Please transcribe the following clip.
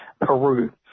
Peru